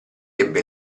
ebbe